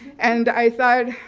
and i thought,